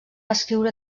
escriure